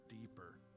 deeper